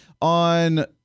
on